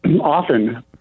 often